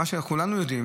מה שכולנו יודעים